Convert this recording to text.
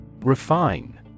Refine